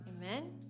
Amen